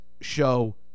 show